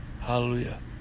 Hallelujah